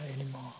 anymore